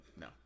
No